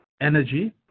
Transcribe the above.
energy